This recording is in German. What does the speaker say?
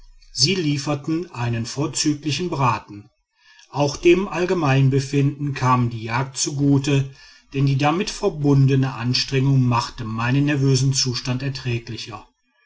sie lieferten einen vorzüglichen braten auch dem allgemeinbefinden kam die jagd zugute denn die damit verbundene anstrengung machte meinen nervösen zustand erträglicher